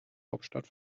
hauptstadt